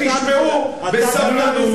אל תגיד לי "חצוף".